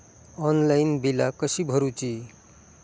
Online बिला कशी भरूची?